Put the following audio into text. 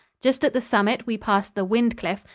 just at the summit we passed the wyndcliffe,